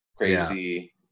crazy